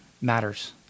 matters